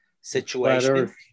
situation